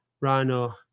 Rhino